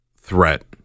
threat